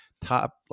top